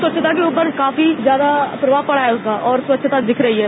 स्वच्छता के ऊपर काफी ज्यादा प्रभाव पड़ा है उसका और स्वच्छता दिख रही है